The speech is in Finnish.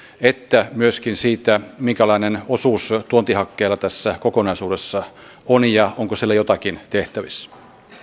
että myöskin siitä minkälainen osuus tuontihakkeella tässä kokonaisuudessa on ja onko siellä jotakin tehtävissä